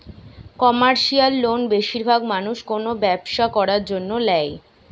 commercial loan বেশিরভাগ মানুষ কোনো ব্যবসা করার জন্য ল্যায়